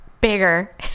bigger